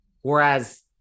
whereas